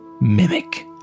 mimic